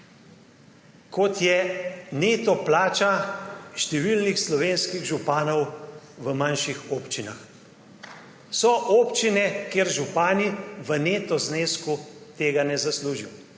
kot je neto plača številnih slovenskih županov v manjših občinah. So občine, kjer župani v neto znesku tega ne zaslužijo.